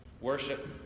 worship